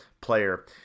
player